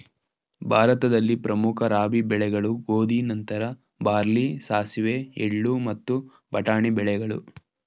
ಭಾರತದಲ್ಲಿ ಪ್ರಮುಖ ರಾಬಿ ಬೆಳೆಗಳು ಗೋಧಿ ನಂತರ ಬಾರ್ಲಿ ಸಾಸಿವೆ ಎಳ್ಳು ಮತ್ತು ಬಟಾಣಿ ಬೆಳೆಗಳು